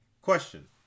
question